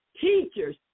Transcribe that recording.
teachers